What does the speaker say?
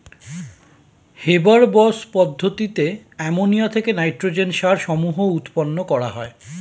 Haber Bosch পদ্ধতিতে ammonia থেকে nitrogen সার সমূহ উৎপন্ন করা হয়